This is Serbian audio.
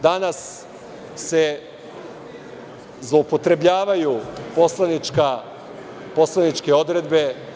Danas se zloupotrebljavaju poslaničke odredbe.